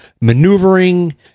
maneuvering